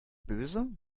böse